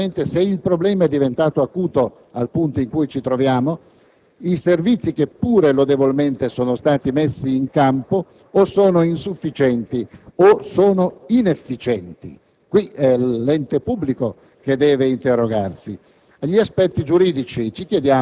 aspetti sociali, evidentemente se il problema è diventato acuto al punto in cui ci troviamo, i servizi che pure lodevolmente sono stati messi in campo o sono insufficienti o sono inefficienti. In questo senso è l'ente pubblico che deve interrogarsi.